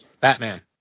Batman